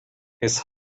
his